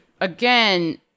again